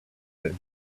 that